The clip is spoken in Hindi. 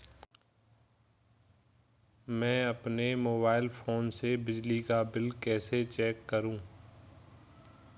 मैं अपने मोबाइल फोन से बिजली का बिल कैसे चेक करूं?